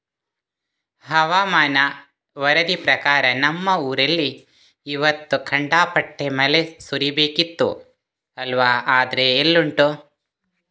ಹವಾಮಾನ ವರದಿ ಪ್ರಕಾರ ನಮ್ಮ ಊರಲ್ಲಿ ಇವತ್ತು ಖಂಡಾಪಟ್ಟೆ ಮಳೆ ಸುರೀಬೇಕಿತ್ತು ಅಲ್ವಾ ಆದ್ರೆ ಎಲ್ಲುಂಟು